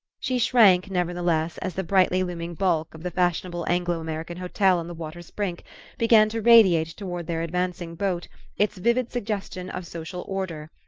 she shrank, nevertheless, as the brightly-looming bulk of the fashionable anglo-american hotel on the water's brink began to radiate toward their advancing boat its vivid suggestion of social order,